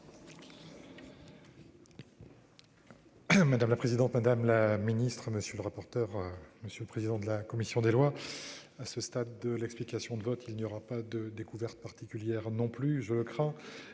Madame la présidente, madame la Ministre. Monsieur le rapporteur. Monsieur le président de la commission des lois. À ce stade de l'explication de vote, il n'y aura pas de découverte particulière, non plus, je le crains